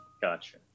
Gotcha